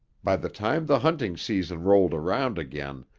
by the time the hunting season rolled around again,